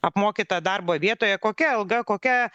apmokyta darbo vietoje kokia alga kokia